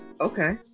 Okay